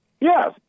Yes